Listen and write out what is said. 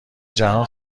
جهان